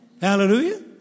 Hallelujah